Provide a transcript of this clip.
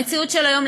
המציאות של היום,